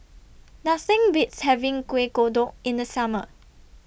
Nothing Beats having Kuih Kodok in The Summer